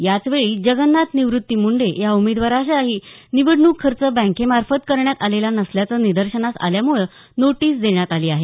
याच वेळी जगन्नाथ निवृत्ती मुंडे या उमेदवारालाही निवडणूक खर्च बँकेमार्फत करण्यात आलेला नसल्याचं निदर्शनास आल्यामुळं नोटीस देण्यात आली आहे